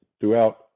throughout